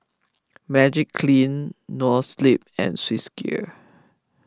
Magiclean Noa Sleep and Swissgear